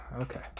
Okay